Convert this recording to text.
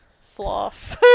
floss